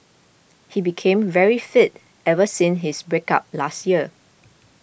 he became very fit ever since his break up last year